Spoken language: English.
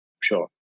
Sure